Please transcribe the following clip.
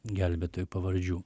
gelbėtojų pavardžių